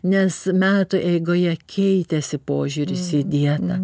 nes metų eigoje keitėsi požiūris į dieną